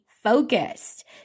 focused